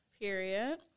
period